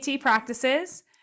practices